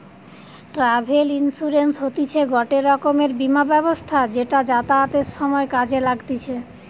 travel insurance হতিছে গটে রকমের বীমা ব্যবস্থা যেটা যাতায়াতের সময় কাজে লাগতিছে